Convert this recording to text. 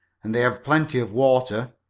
and they have plenty of water.